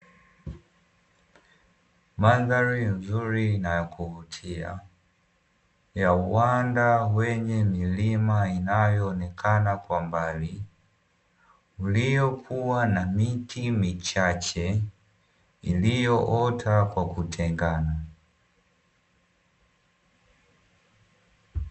Mandhari nzuri na ya kuvutia ya uanda wenye milima inayoonekana kwa mbali, ulio kuwa na miti michache iliyoota kwa kutengana.